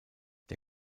der